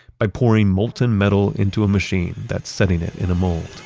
by pouring molten metal into a machine that's setting it in a mold